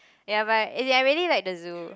ya but eh I really like the zoo